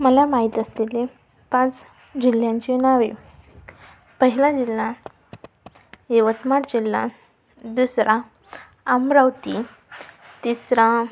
मला माहीत असलेले पाच जिल्ह्यांची नावे पहिला जिल्हा यवतमाळ जिल्हा दुसरा अमरावती तिसरा